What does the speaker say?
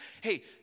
hey